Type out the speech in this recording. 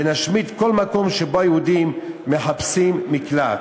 ונשמיד כל מקום שבו היהודים מחפשים מקלט.